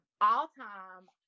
All-time